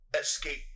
escape